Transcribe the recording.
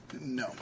No